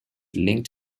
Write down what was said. linked